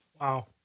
Wow